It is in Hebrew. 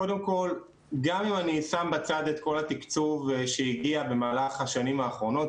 קודם כל גם אם אני שם בצד את כל התקצוב שהגיע במהלך השנים האחרונות,